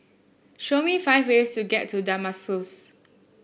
show me five ways to get to Damascus